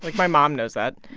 like my mom knows that.